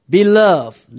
Beloved